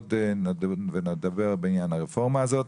ועוד נדון ונדבר בעניין הרפורמה הזאת.